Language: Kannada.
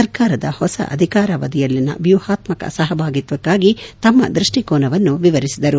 ಸರ್ಕಾರದ ಹೊಸ ಅಧಿಕಾರಾವಧಿಯಲ್ಲಿನ ವ್ಯೂಹಾತ್ಮಕ ಸಹಭಾಗಿತ್ವಕ್ಕಾಗಿ ತಮ್ಮ ದೃಷ್ಟಿಕೋನವನ್ನು ವಿವರಿಸಿದರು